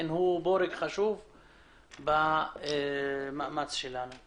הוא חשוב במאמץ שלנו וחשוב לשמוע אותו.